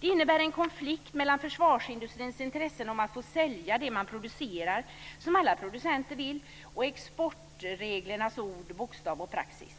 Det innebär en konflikt mellan försvarsindustrins intresse av att få sälja det industrin producerar - som alla producenter vill - och exportreglernas ord, bokstav och praxis.